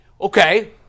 okay